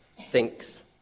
thinks